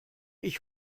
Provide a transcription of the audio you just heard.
ich